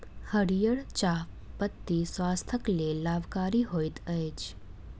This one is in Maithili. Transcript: हरीयर चाह पत्ती स्वास्थ्यक लेल लाभकारी होइत अछि